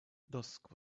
dusk